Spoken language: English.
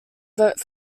vote